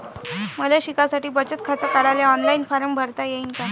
मले शिकासाठी बचत खात काढाले ऑनलाईन फारम भरता येईन का?